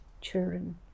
children